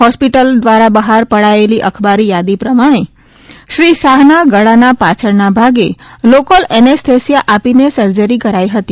hospital દ્વારા બહાર પડાયેલી અખબારી યાદી પ્રમાકો શ્રી શાહના ગળાની પાછળના ભાગે લોકલ એનેસ્થેશિયા આપીને સર્જરી કરાઇ હતી